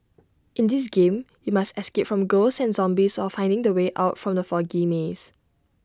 in this game you must escape from ghosts and zombies while finding the way out from the foggy maze